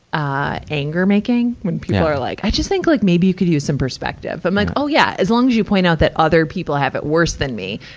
ah, anger-making when people are like, i just think like maybe you could use some perspective. i'm like, oh, yeah. as long as you point out that other people have it worse than me,